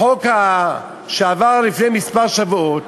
החוק שעבר לפני כמה שבועות